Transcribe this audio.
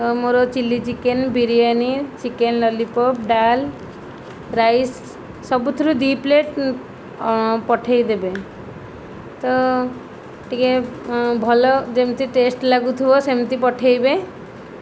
ମୋର chilli chicken biryani chicken lollipop dal rice ସବୁଥିରୁ ଦୁଇ ପ୍ଲେଟ୍ ପଠେଇଦେବେ ତ ଟିକିଏ ଭଲ ଯେମିତି ଟେଷ୍ଟ ଲାଗୁଥିବ ସେମତି ପଠେଇବେ